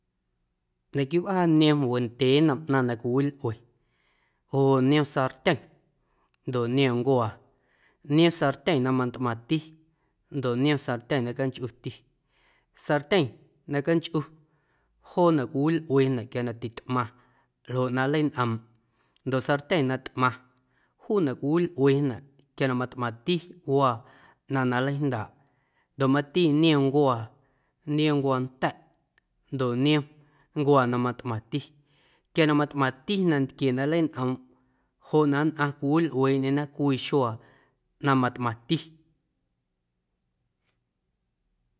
Naquiiꞌ wꞌaa niom wendyee nnom ꞌnaⁿ na cwiwilꞌue oo niom sartyeⁿ ndoꞌ niom ncuaa niom sartyeⁿ na mantꞌmaⁿti ndoꞌ niom sartyeⁿ na canchꞌuti, sartyeⁿ na canchꞌu joonaꞌ cwiwilꞌuenaꞌ quia na titꞌmaⁿ ljoꞌ na nleiñꞌoomꞌ ndoꞌ sartyeⁿ na tꞌmaⁿ juunaꞌ cwiwilꞌuenaꞌ quia na matꞌmaⁿti waa ꞌnaⁿ na nleijndaaꞌ ndoꞌ mati niom ncuaa, niom ncuaanta̱ꞌ ndoꞌ niom ncuaa na matꞌmaⁿti quia na matꞌmaⁿti nantquie na nleiñꞌoomꞌ joꞌ na nnꞌaⁿ cwiwilꞌueeꞌndyena cwii xuaa na matꞌmaⁿti.